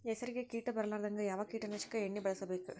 ಹೆಸರಿಗಿ ಕೀಟ ಬರಲಾರದಂಗ ಯಾವ ಕೀಟನಾಶಕ ಎಣ್ಣಿಬಳಸಬೇಕು?